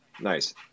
Nice